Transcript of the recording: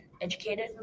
educated